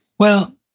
well,